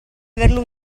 averlo